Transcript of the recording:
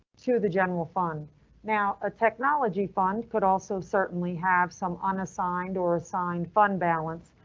to the general fund now a technology fund could also certainly have some unassigned or assigned fund balance,